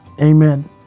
Amen